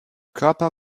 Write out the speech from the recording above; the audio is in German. körper